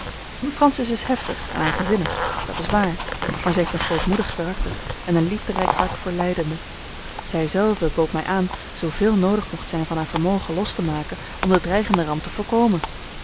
francis is heftig en eigenzinnig dat is waar maar zij heeft een grootmoedig karakter en een liefderijk hart voor lijdenden zij zelve bood mij aan zooveel noodig mocht zijn van haar vermogen los te maken om de dreigende ramp te voorkomen